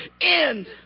end